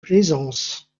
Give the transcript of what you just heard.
plaisance